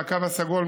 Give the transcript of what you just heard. והקו הסגול,